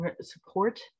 support